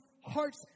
hearts